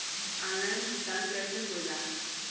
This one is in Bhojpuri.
ऑनलाइन भुगतान कैसे होए ला?